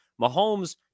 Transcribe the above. Mahomes